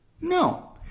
no